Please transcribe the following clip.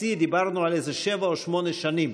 בשיא, דיברנו על איזה שבע או שמונה שנים